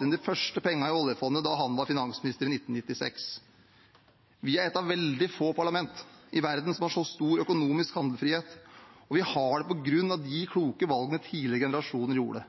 inn de første pengene i oljefondet da han var finansminister i 1996. Vi er et av veldig få parlament i verden som har så stor økonomisk handlefrihet, og vi har det på grunn av de kloke valgene tidligere generasjoner gjorde.